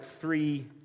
three